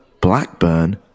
Blackburn